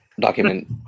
document